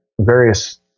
various